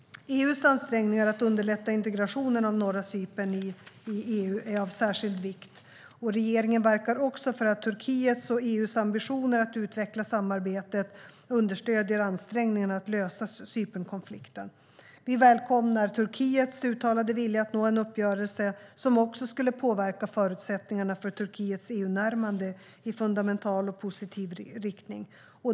EU:s ansträngningar att underlätta integrationen av norra Cypern i EU är av särskild vikt. Regeringen verkar också för att Turkiets och EU:s ambitioner att utveckla samarbetet understöder ansträngningarna att lösa Cypernkonflikten. Vi välkomnar Turkiets uttalade vilja att nå en uppgörelse, som också skulle påverka förutsättningarna för Turkiets EU-närmande i fundamental och positiv riktning.